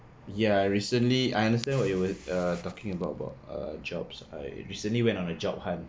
ya recently I understand what you are err talking about about err jobs I recently went on a job hunt